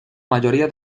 mayoría